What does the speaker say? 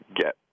get